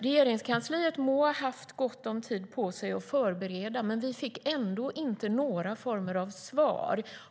Regeringskansliet må ha haft gott om tid på sig att förbereda, men vi fick ändå inte några former av svar.